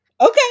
Okay